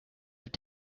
have